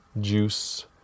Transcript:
juice